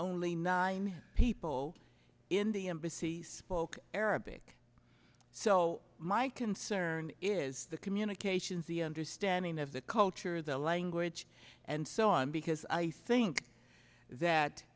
only nine people in the embassy spoke arabic so my concern is the communications the understanding of the culture the language and so on because i think that